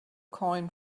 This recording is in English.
coin